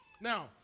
Now